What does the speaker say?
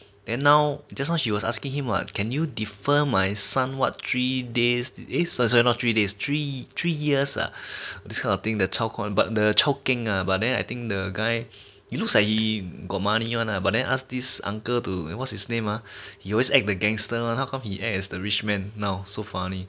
then now just now she was asking him what can you defer my son what three days eh sor~ sorry not three days three three years ah this kind of thing the but the chao keng ah but then I think the guy he looks like he got money one lah but then ask this uncle to what's his name ah he always act the gangster one how come he act as the rich man now so funny